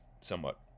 somewhat